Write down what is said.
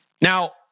Now